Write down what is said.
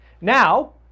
Now